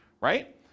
right